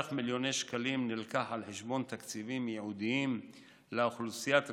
בסך מיליוני שקלים נלקח על חשבון תקציבים ייעודיים לאוכלוסיית רווחה,